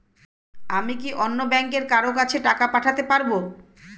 আমি কি অন্য ব্যাংকের কারো কাছে টাকা পাঠাতে পারেব?